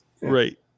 Right